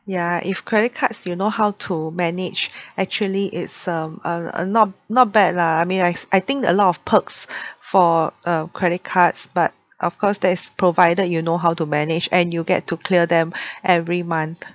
ya if credit cards you know how to manage actually it's um uh uh not not bad lah I mean I th~ I think a lot of perks for a credit cards but of course that is provided you know how to manage and you get to clear them every month